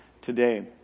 today